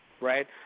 Right